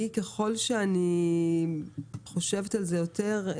ככל שאני חושבת על זה יותר,